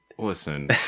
listen